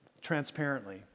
transparently